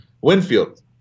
Winfield